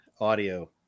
audio